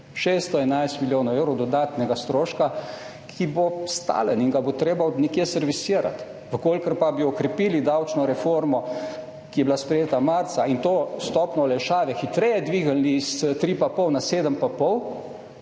611 milijonov evrov dodatnega stroška, ki bo stalen in ga bo treba od nekod servisirati. Če pa bi okrepili davčno reformo, ki je bila sprejeta marca, in to stopnjo olajšave hitreje dvignili s 3,5 na 7,5,